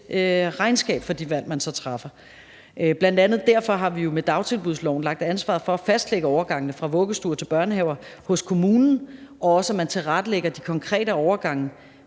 regnskab for de valg, man så træffer. Bl.a. derfor har vi jo med dagtilbudsloven lagt ansvaret for at fastlægge overgangene fra vuggestuer til børnehaver hos kommunen og tilrettelæggelsen af de konkrete overgange